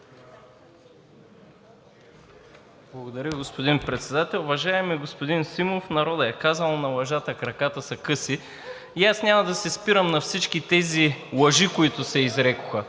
Благодаря, господин Председател. Уважаеми господин Симов, народът е казал: „на лъжата краката са къси“, и аз няма да се спирам на всички тези лъжи, които се изрекоха.